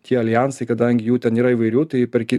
tie aljansai kadangi jų ten yra įvairių tai perki